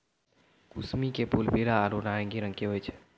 कुसमी के फूल पीला आरो नारंगी रंग के होय छै